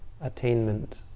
attainment